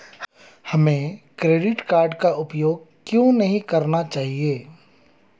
हमें credit card का उपयोग क्यों नहीं करना चाहिए?